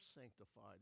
sanctified